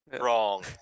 wrong